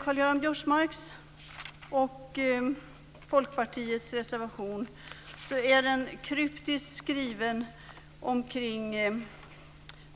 Karl-Göran Biörsmarks och Folkpartiets reservation är kryptiskt skriven om